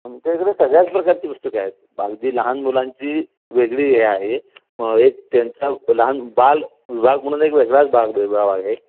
आमच्या इकडे सगळ्याच प्रकारची पुस्तकं आहेत अगदी लहान मुलांची वेगळी हे आहे एक त्यांचा लहान बालविभाग म्हणून एक वेगळाच भाग विभाग आहे